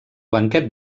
banquet